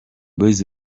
boyz